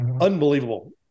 Unbelievable